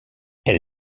elle